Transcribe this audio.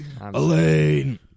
Elaine